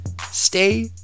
Stay